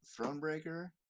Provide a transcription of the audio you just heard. Thronebreaker